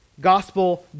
gospel